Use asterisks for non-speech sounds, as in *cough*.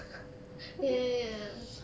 *laughs* ya